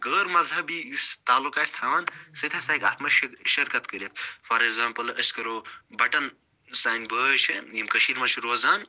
غٲر مذہبی یُس تعلق آسہِ تھاوان سُہ تہِ ہسا ہیٚکہِ اَتھ منٛز شِرکَت کٔرِتھ فار ایٚگزامپٕل أسۍ کَرو بَٹَن سٲنۍ بھٲے چھِ یِم کٔشیٖرِ منٛز چھِ روزان